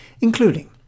including